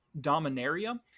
Dominaria